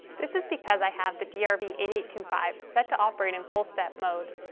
this is because i have the d r v eight eight two five set to operate in full-step mode.